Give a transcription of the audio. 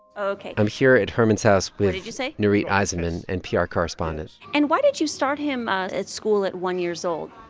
ok i'm here at herman's house with. what did you say. nurith aizenman, npr correspondent and why did you start him at school at one years old?